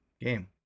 game